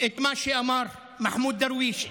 את מה שאמר מחמוד דרוויש,